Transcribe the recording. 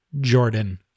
jordan